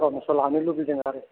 permission लानो लुबैदों आरोखि